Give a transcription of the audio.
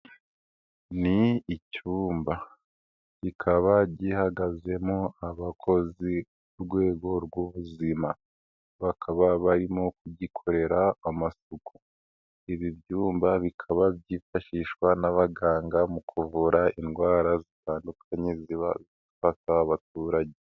Ni icyumba kikaba gihagazemo abakozi b'urwego rw'ubuzima bakaba barimo kugikorera amasuku, ibi byumba bikaba byifashishwa n'abaganga mu kuvura indwara zitandukanye zifata abaturage.